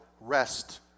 rest